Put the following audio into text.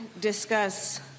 discuss